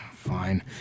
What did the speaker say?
fine